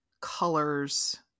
colors